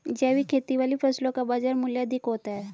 जैविक खेती वाली फसलों का बाजार मूल्य अधिक होता है